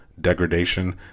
degradation